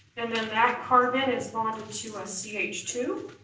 and then that carbon is bonded to a c h two.